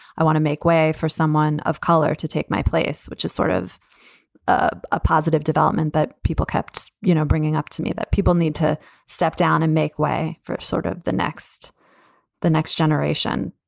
i want to make way for someone of color to take my place, which is sort of ah a positive development that people kept, you know, bringing up to me that people need to step down and make way for sort of the next the next generation.